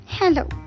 Hello